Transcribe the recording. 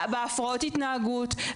בהפרעות התנהגות,